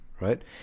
right